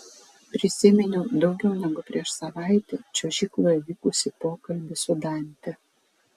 prisiminiau daugiau negu prieš savaitę čiuožykloje vykusį pokalbį su dante